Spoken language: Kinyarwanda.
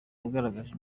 yagaragaje